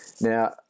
Now